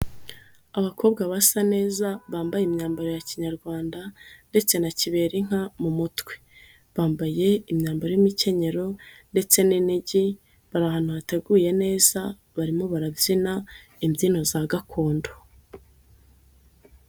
Abakobwa basa neza, bambaye imyambaro ya kinyarwanda ndetse na kiberarinka mu mutwe. Bambaye imyambaro, imikenyero ndetse n'inigi. Bari ahantu hateguye neza, barimo barabyina, imbyino za gakondo.